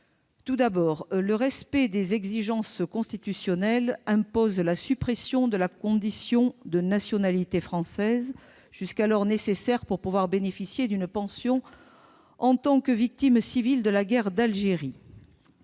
Tout d'abord, le respect des exigences constitutionnelles impose la suppression de la condition de nationalité française, jusqu'alors nécessaire pour pouvoir bénéficier d'une pension en tant que victime civile de la guerre d'Algérie.